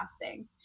fasting